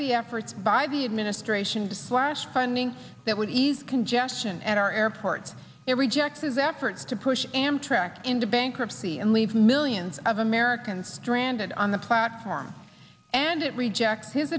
the efforts by the administration to slash funding that would ease congestion at our airports to reject his efforts to push amtrak into bankruptcy and leave millions of americans stranded on the platform and it rejects his